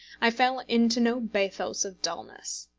i fell into no bathos of dulness.